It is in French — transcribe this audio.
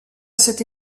cette